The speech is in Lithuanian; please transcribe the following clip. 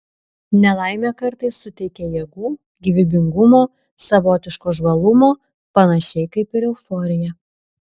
nelaimė kartais suteikia jėgų gyvybingumo savotiško žvalumo panašiai kaip ir euforija